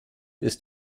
ist